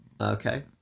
Okay